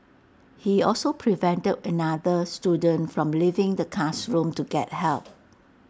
he also prevented another student from leaving the classroom to get help